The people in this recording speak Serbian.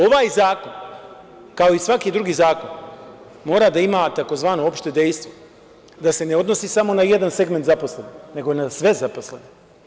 Ovaj zakon, kao i svaki drugi zakon, mora da ima, takozvano, opšte dejstvo, da se ne odnosi smo na jedan segment zaposlenih, nego na sve zaposlene.